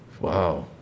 wow